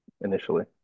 initially